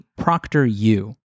ProctorU